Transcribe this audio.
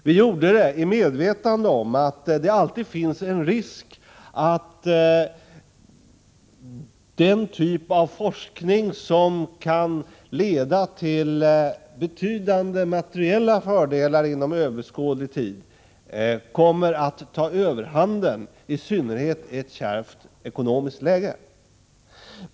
Vi gjorde det i medvetande om att det alltid finns en risk för att den typ av forskning, som kan leda till betydande materiella fördelar inom överskådlig tid, kommer att ta överhanden, i synnerhet i ett kärvt ekonomiskt läge.